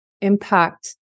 impact